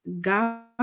God